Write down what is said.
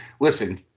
listen